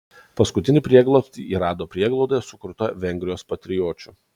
paskutinį prieglobstį ji rado prieglaudoje sukurtoje vengrijos patriočių